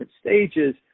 stages